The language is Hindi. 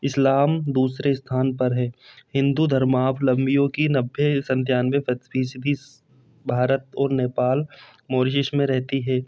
इस्लाम दूसरे स्थान पर है हिन्दू धर्मावलम्बियों की नब्बे सत्तानवे फ़ीसद भारत और नेपाल मॉरिसिस मे रहती है